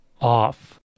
off